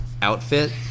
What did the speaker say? Outfit